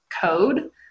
code